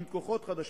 עם כוחות חדשים